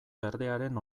berdearen